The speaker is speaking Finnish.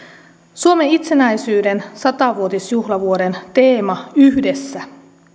suomen itsenäisyyden sata vuotisjuhlavuoden teema yhdessä